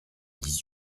dix